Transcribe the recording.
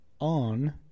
on